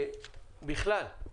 בכלל,